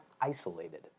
isolated